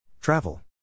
Travel